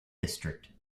district